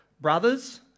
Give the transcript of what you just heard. brothers